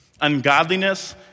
ungodliness